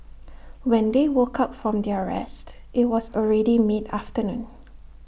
when they woke up from their rest IT was already mid afternoon